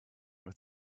with